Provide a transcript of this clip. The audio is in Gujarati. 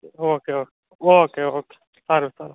ઓકે ઓકે ઓકે ઓકે સારું સારું